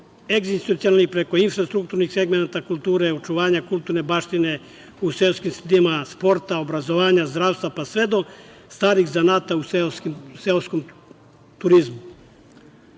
egzistencijalnih preko infrastrukturnih segmenata kulture, očuvanja kulturne baštine u seoski sredinama, sporta, obrazovanja, zdravstva, pa sve do starih zanata u seoskom turizmu. Od